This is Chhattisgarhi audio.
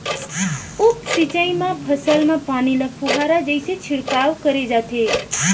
उप सिंचई म फसल म पानी ल फुहारा जइसे छिड़काव करे जाथे